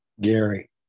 Gary